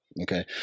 Okay